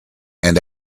and